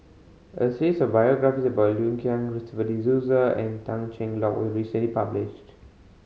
a series of biographies about Liu Kang Christopher De Souza and Tan Cheng Lock was recently published